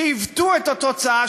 שעיוותו את התוצאה,